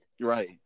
Right